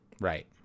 Right